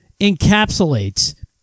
encapsulates